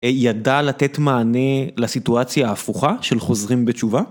ידע לתת מענה לסיטואציה ההפוכה של חוזרים בתשובה.